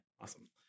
awesome